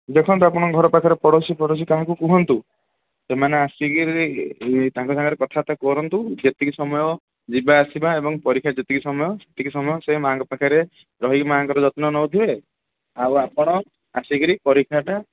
ଦେଖନ୍ତୁ ଆପଣଙ୍କ ଘର ପାଖରେ ପଡ଼ୋଶୀ ଫୋଡ଼ଶୀ କାହାକୁ କୁହନ୍ତୁ ସେମାନେ ଆସିକରି ତାଙ୍କ ସାଙ୍ଗରେ କଥାବାର୍ତ୍ତା କରନ୍ତୁ ଯେତିକି ସମୟ ଯିବା ଆସିବା ଏବଂ ପରୀକ୍ଷା ଯେତିକି ସମୟ ସେତିକି ସମୟ ସେ ମାଆଙ୍କ ପାଖରେ ରହି ମାଆଙ୍କର ଯତ୍ନ ନେଉଥିବେ ଆଉ ଆପଣ ଆସିକରି ପରୀକ୍ଷାଟା